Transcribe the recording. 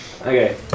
Okay